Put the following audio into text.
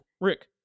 Rick